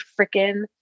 freaking